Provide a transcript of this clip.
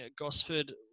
Gosford